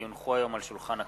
כי הונחו היום על שולחן הכנסת,